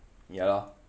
ya lor